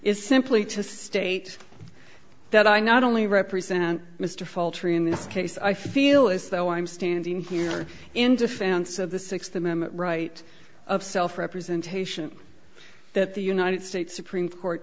is simply to state that i not only represent mr falter in this case i feel as though i'm standing here in defense of the sixth amendment right of self representation that the united states supreme court